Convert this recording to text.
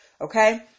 okay